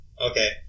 okay